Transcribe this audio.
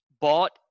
bought